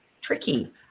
tricky